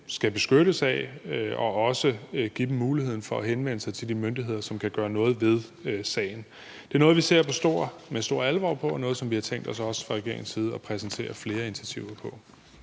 skal beskyttes af, og også at give dem muligheden for at henvende sig til de myndigheder, som kan gøre noget ved sagen. Det er noget, vi ser med stor alvor på, og noget, som vi fra regeringens side også har tænkt os at præsentere flere initiativer om.